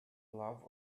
love